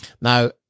Now